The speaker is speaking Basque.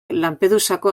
lampedusako